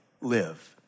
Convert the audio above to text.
live